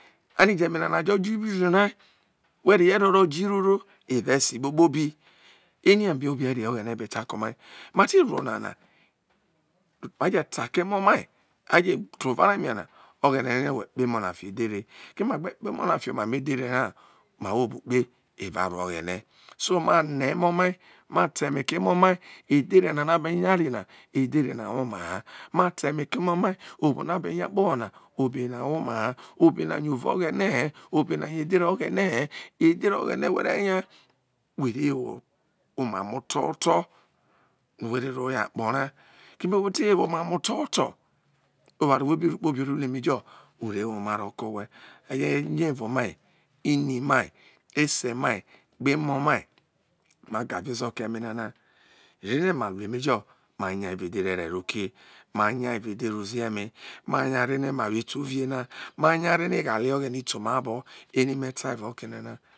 A ne jo eme nana jo ojo ibi udu rai were ye ro jiro ro evao esikpobi eri ebe obe eri oghene be ta ko omai mate lu onana aje ta kie emo mai aje tuo ova rai fie me na eghene re rie no we kpo emo na fio edhere keme agbe kpo emona fio emamo edhere ha ma wo obru kpe evao avo oghene so ma rie emo mai me te eme ke emo mai edhere no na be nyari na edhere na woma h obo nọ abe nya kpo ho na obena woma he obe na uvo oghene he obe na yo edhere oghene he edhere oghene whe renya were wo omamo oto hoto no wo re ro yo akpo ra keme we te wo emo mo otohoto oware no we bi ru kpobi re lue emejo ore woma rọ ke owhe iru ero mai ini. mai, ese, mai gbe emo mai ma ga vie zo ke eme mana re ma in emejo nya evao edhere evero ke ma nya evao edhere udọ eme manya re no ma wo etu uvie na ma nya re no eghale oghene ito mai obo dere me ta evao okenanna